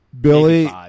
Billy